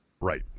Right